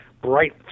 bright